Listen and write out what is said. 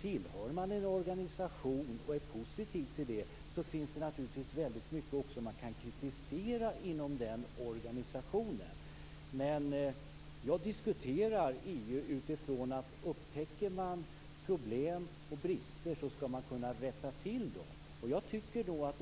Tillhör man en organisation och är positiv till den finns det naturligtvis också väldigt mycket man kan kritisera inom den organisationen. Jag diskuterar EU från den utgångspunkten att upptäcker man problem och brister skall man kunna rätta till dem.